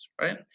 right